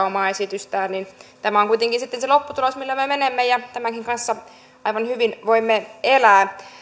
omaa esitystään niin että tämä on kuitenkin sitten se lopputulos millä me me menemme ja tämänkin kanssa aivan hyvin voimme elää